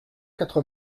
quatre